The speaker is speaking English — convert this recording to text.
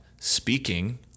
speaking